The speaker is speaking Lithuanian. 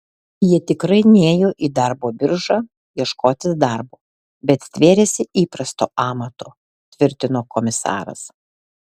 jie tikrai nėjo į darbo biržą ieškotis darbo bet stvėrėsi įprasto amato tvirtino komisaras